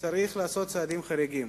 צריך לעשות צעדים חריגים.